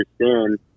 understand